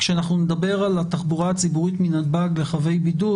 כשאנחנו נדבר על התחבורה הציבורית מנתב"ג לחבי בידוד